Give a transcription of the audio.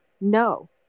no